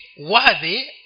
worthy